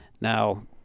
now